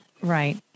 right